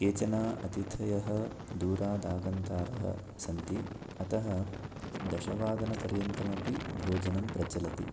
केचन अतिथयः दूरादागन्तारः सन्ति अतः दशवादनपर्यन्तमपि भोजनं प्रचलति